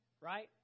right